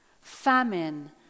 famine